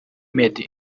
made